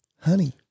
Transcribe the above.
honey